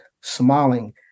smiling